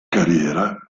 carriera